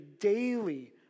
daily